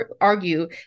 argue